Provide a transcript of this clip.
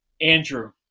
Andrew